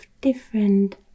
different